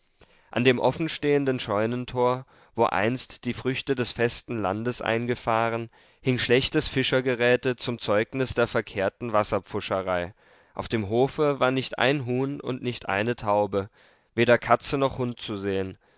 an dem offenstehenden scheunentor wo einst die früchte des festen landes eingefahren hing schlechtes fischergeräte zum zeugnis der verkehrten wasserpfuscherei auf dem hofe war nicht ein huhn und nicht eine taube weder katze noch hund zu sehen